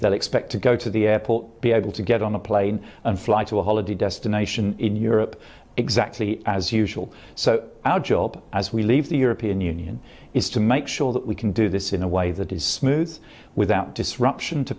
that expect to go to the airport be able to get on a plane and fly to a holiday destination in europe exactly as usual so our job as we leave the european union is to make sure that we can do this in a way that is smooth without disruption to